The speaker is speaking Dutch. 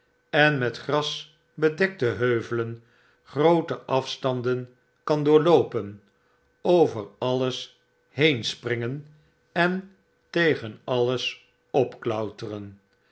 en met gras bedekte heuvelen groote afstanden kan doorloopen over alles heenspriugen en tegen alles opklauteren